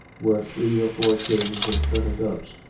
were three or four cages of turtle doves,